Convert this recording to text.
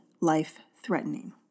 life-threatening